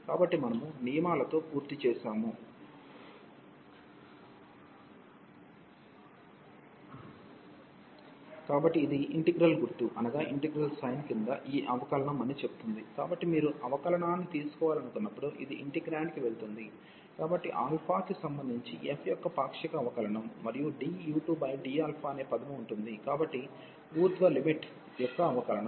కాబట్టి మనము నియమాలతో పూర్తి చేసాము కాబట్టి ఇది ఇంటిగ్రల్ గుర్తు క్రింద ఈ అవకలనం అని చెప్తుంది కాబట్టి మీరు అవకాలనాన్ని తీసుకోవాలనుకున్నప్పుడు ఇది ఇంటిగ్రేండ్కు వెళుతుంది కాబట్టి సంబంధించి f యొక్క పాక్షిక అవకలనం మరియు du2d అనే పదము ఉంటుంది కాబట్టి ఊర్ధ్వ లిమిట్ ఊర్ధ్వ లిమిట్ యొక్క అవకలనం